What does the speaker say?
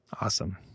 awesome